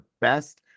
best